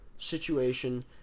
situation